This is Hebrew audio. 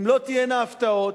אם לא תהיינה הפתעות,